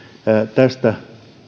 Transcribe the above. tästä